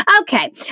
Okay